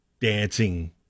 dancing